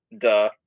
duh